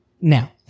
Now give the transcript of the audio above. Now